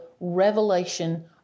revelation